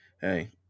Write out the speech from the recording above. hey